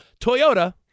Toyota